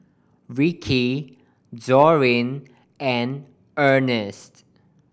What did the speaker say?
Ricky Dorine and Earnest